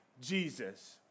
Jesus